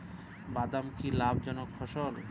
বাদাম কি লাভ জনক ফসল?